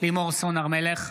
לימור סון הר מלך,